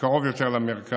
הקרוב יותר למרכז,